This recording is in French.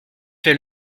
fait